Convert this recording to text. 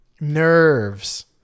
Nerves